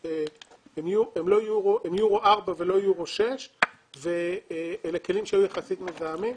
הם יורו 4 ולא יורו 6. אלה כלים שהיו יחסית מזהמים.